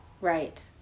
Right